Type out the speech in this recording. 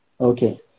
Okay